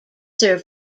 sir